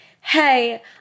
hey